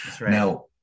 Now